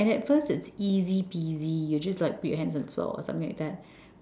and at first it's easy peasy you just like put your hands on the floor or something like that